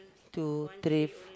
two three f~